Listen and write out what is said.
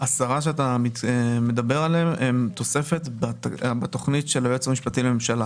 ה-10 שאת מדבר עליהם הם תוספת בתכנית של היועץ המשפטי לממשלה.